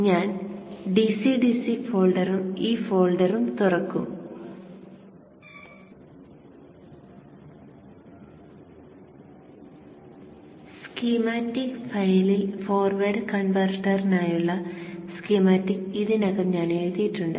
ഞാൻ DC DC ഫോൾഡറും ഈ ഫോൾഡറും തുറക്കും സ്കീമാറ്റിക് ഫയലിൽ ഫോർവേഡ് കൺവെർട്ടറിനായുള്ള സ്കീമാറ്റിക് ഇതിനകം ഞാൻ എഴുതിയിട്ടുണ്ട്